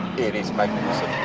it is magnificent.